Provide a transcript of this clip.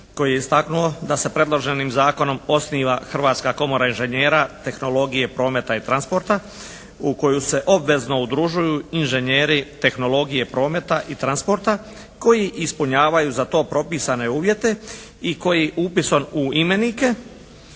koji je istaknuo da se predloženim zakonom osniva Hrvatska komora inženjera tehnologije prometa i transporta u koju se obvezno udružuju inženjeri tehnologije prometa i transporta koji ispunjavaju za to propisane uvjete i koji upisom u imenike